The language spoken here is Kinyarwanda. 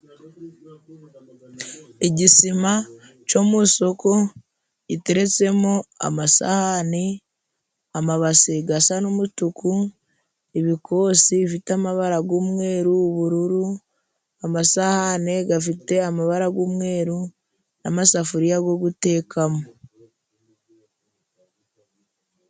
Igisima cyo mu isoko giteretsemo amasahani, amabasi asa n'umutuku, ibikosi bifite amabara y'umweru, ubururu, amasahane afite amabara y'umweru n'amasafuriya yo gutekamo.